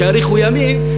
שיאריכו ימים,